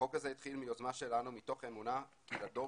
החוק הזה התחיל מיוזמה שלנו מתוך אמונה שלדור